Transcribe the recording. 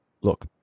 look